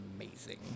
amazing